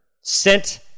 sent